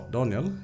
Daniel